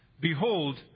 behold